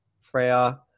Freya